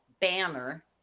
banner